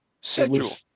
Schedule